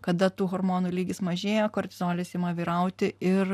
kada tų hormonų lygis mažėja kortizolis ima vyrauti ir